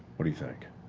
what do you think?